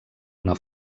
una